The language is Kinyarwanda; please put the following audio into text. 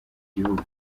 gihugu